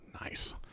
Nice